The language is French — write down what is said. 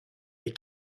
les